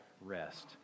rest